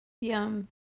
Yum